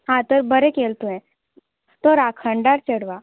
हा तर बरें केल तुवें तो राखणदार चेडवा